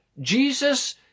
Jesus